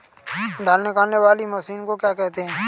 धान निकालने वाली मशीन को क्या कहते हैं?